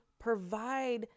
provide